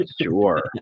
Sure